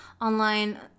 online